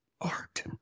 Art